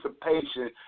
participation